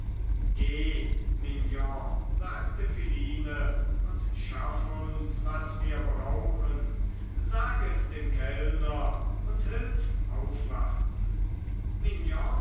sagte philine und schaff uns was wir brauchen sag es dem kellner und hilf aufwarten